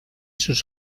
sus